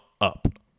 up